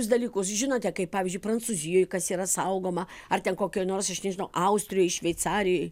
tokius dalykus žinote kaip pavyzdžiui prancūzijoj kas yra saugoma ar ten kokioj nors aš nežinau austrijoj šveicarijoj